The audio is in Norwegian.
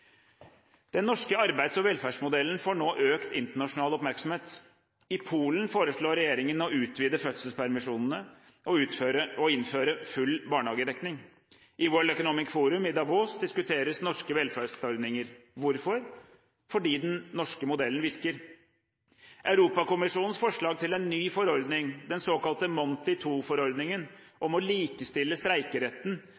Den norske arbeids- og velferdsmodellen får nå økt internasjonal oppmerksomhet. I Polen foreslår regjeringen å utvide fødselspermisjonene og innføre full barnehagedekning. I World Economic Forum i Davos diskuteres norske velferdsordninger. Hvorfor? Fordi den norske modellen virker. Europakommisjonens forslag til en ny forordning, den såkalte